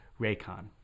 Raycon